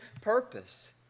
purpose